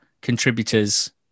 contributors